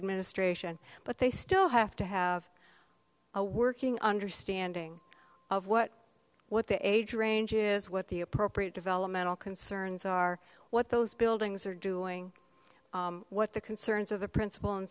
administration but they still have to have a working understanding of what what the age range is what the appropriate developmental concerns are what those buildings are doing what the concerns of the principal